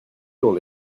dans